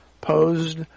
posed